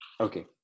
Okay